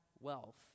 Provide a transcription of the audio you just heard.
wealth